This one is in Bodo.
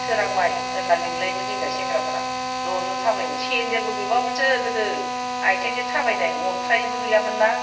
सोरांबाय होन्ना लिंलायोमोन जोंनिया सेंग्राफ्रा ज' ज' थाबायोमोन सेन्देलबो गैबावामोनसो गोदो आथिंजों थाबायनाय अन्थायबो गैयामोन ना